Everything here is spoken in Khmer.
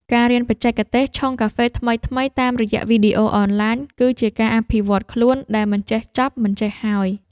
ការរៀនបច្ចេកទេសឆុងកាហ្វេថ្មីៗតាមរយៈវីដេអូអនឡាញ គឺជាការអភិវឌ្ឍខ្លួនដែលមិនចេះចប់មិនចេះហើយ។